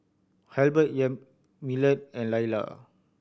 Halbert Yamilet and Lailah